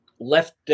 left